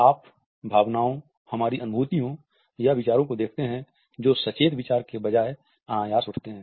आप भावनाओं हमारी अनुभूतिओं या विचारों को देखते हैं जो सचेत विचार के बजाय अनायास उठते हैं